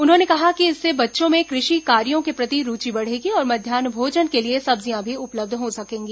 उन्होंने कहा कि इससे बच्चों में कृषि कार्यों के प्रति रूचि बढ़ेगी और मध्यान्ह भोजन के लिए सब्जियां भी उपलब्ध हो सकेंगी